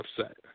upset